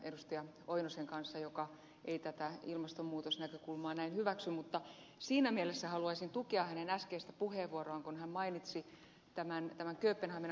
pentti oinosen kanssa joka ei tätä ilmastonmuutosnäkökulmaa näin hyväksy mutta siinä mielessä haluaisin tukea hänen äskeistä puheenvuoroaan kun hän mainitsi tämän kööpenhaminan kokouksen